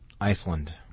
Iceland